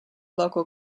local